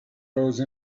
those